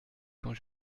quand